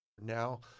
Now